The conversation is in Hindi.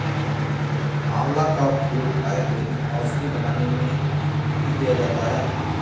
आंवला का उपयोग आयुर्वेदिक औषधि बनाने में भी किया जाता है